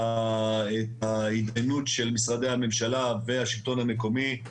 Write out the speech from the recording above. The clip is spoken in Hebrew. ההתדיינות של משרדי הממשלה והשלטון המקומי.